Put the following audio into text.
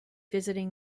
visiting